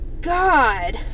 God